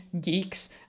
geeks